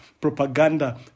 propaganda